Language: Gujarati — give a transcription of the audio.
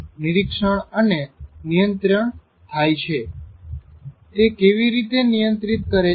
સમસ્થીતી - નિર્દેશ કરાયેલા મૂલ્યોને જાળવી રાખે છે તે કેવી રીતે નિયંત્રીત કરે છે